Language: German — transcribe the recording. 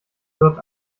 wirt